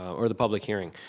or the public hearing.